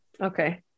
Okay